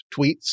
tweets